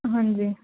ਹਾਂਜੀ